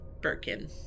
Birkin